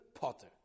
Potter